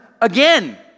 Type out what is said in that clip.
again